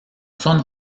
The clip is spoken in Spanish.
son